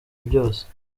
byose